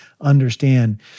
understand